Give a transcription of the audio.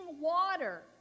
water